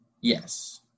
Yes